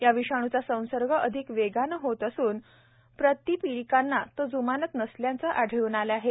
या विषाणूचा संसर्ग अधिक वेगानं होत असून प्रतिपिंडकांना तो जुमानत नसल्याचंही आढळून आलं आहे